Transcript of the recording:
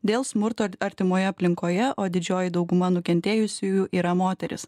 dėl smurto ar artimoje aplinkoje o didžioji dauguma nukentėjusiųjų yra moterys